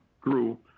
grew